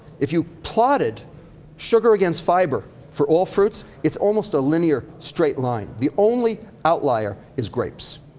if you plotted sugar against fiber for all fruits, it's almost a linear straight line. the only outlier is grapes.